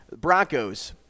Broncos